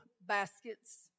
baskets